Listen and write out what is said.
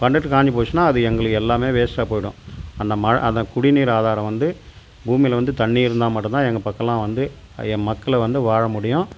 பட்டுன்னு காஞ்சி போச்சுன்னா அது எங்களுக்கு எல்லாமே வேஸ்ட்டாக போயிவிடும் அந்த மழை அந்த குடிநீர் ஆதாரம் வந்து பூமியில் வந்து தண்ணி இருந்தால் மட்டும் தான் எங்கள் பக்கெல்லாம் வந்து மக்கள் வந்து வாழ முடியும்